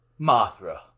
Mothra